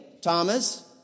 Thomas